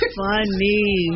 funny